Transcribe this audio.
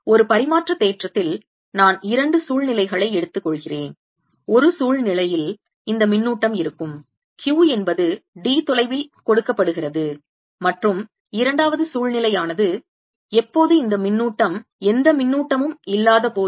ஒரு பரிமாற்ற தேற்றத்தில் நான் இரண்டு சூழ்நிலைகளை எடுத்துக்கொள்கிறேன் ஒரு சூழ்நிலையில் இந்த மின்னூட்டம் இருக்கும் Q என்பது d தொலைவில் கொடுக்கப்படுகிறது மற்றும் இரண்டாவது சூழ்நிலையானது எப்போது இந்த மின்னூட்டம் எந்த மின்னூட்டமும் இல்லாத போது